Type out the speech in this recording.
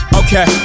okay